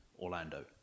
Orlando